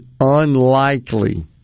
unlikely